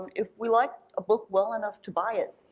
if we like a book well enough to buy it,